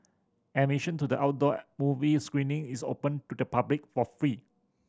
admission to the outdoor movie screening is open to the public for free